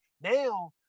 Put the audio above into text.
Now